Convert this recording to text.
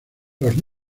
los